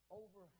over